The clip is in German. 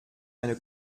eine